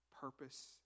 purpose